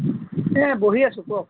এই বহি আছোঁ কওক